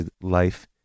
life